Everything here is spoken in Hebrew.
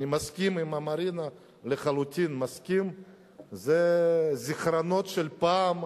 אני מסכים עם מרינה לחלוטין, זה זיכרונות של פעם,